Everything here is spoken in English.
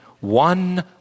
one